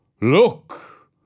Look